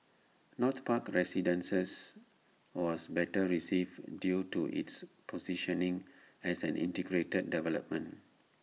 north park residences was better received due to its positioning as an integrated development